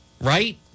right